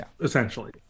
essentially